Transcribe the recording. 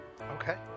okay